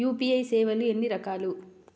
UPI సేవలు ఎన్నిరకాలు?